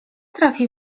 trafi